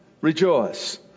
Rejoice